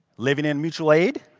living in mutual aid.